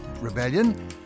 rebellion